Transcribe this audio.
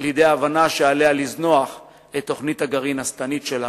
לידי הבנה שעליה לזנוח את תוכנית הגרעין השטנית שלה,